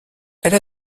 elle